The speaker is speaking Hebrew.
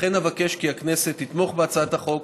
ולכן אבקש כי הכנסת תתמוך בהצעת החוק